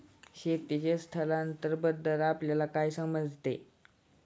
शेतीचे स्थलांतरबद्दल आपल्याला काय समजते?